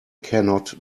cannot